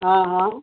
हा हा